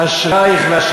אשרייך.